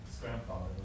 grandfather